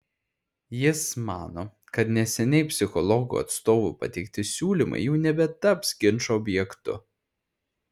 jis mano kad neseniai psichologų atstovų pateikti siūlymai jau nebetaps ginčo objektu